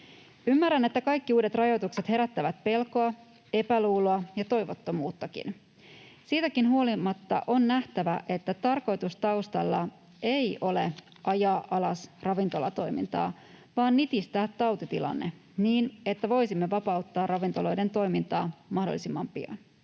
Ymmärrän, että kaikki uudet rajoitukset herättävät pelkoa, epäluuloa ja toivottomuuttakin. Siitäkin huolimatta on nähtävä, että tarkoitus taustalla ei ole ajaa alas ravintolatoimintaa vaan nitistää tautitilanne niin, että voisimme vapauttaa ravintoloiden toimintaa mahdollisimman pian.